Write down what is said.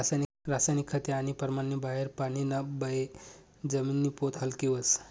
रासायनिक खते आणि परमाननी बाहेर पानीना बये जमिनी पोत हालकी व्हस